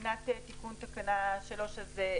מבחינת תיקון תקנה 3,